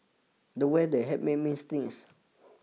the weather had made me sneeze